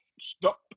Stop